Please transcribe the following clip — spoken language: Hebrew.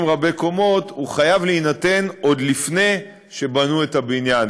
רבי-קומות חייב להינתן עוד לפני שבנו את הבניין,